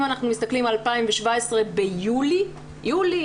אם אנחנו מסתכלים על 2017 ביולי יולי,